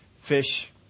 fish